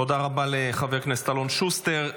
תודה רבה לחבר הכנסת אלון שוסטר.